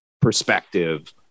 perspective